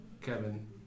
Kevin